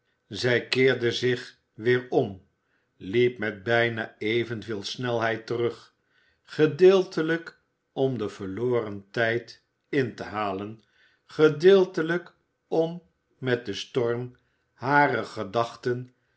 zij keerde zich weer om liep met bijna evenveel snelheid terug gedeeltelijk om den verloren tijd in te halen gedeeltelijk om met den storm harer gedachten